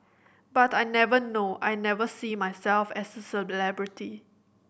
but I never know I never see myself as a celebrity